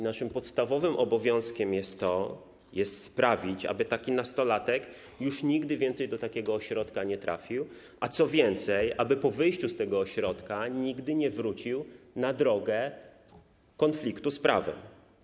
Naszym podstawowym obowiązkiem jest sprawić, by taki nastolatek już nigdy więcej do takiego ośrodka nie trafił, a co więcej, aby po wyjściu z tego ośrodka nigdy nie wrócił na drogę konfliktu z prawem.